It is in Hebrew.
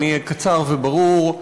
אהיה קצר וברור.